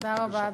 תודה רבה.